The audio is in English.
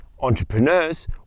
entrepreneurs